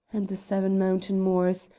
and the seven mountain moors,